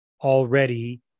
already